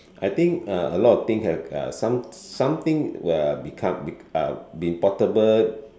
I think uh a lot of thing have uh some something well become uh been portable